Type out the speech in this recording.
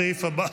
17 בעד,